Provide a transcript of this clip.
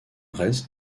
reste